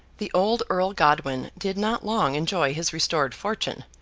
the old earl godwin did not long enjoy his restored fortune.